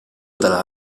dalla